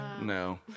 No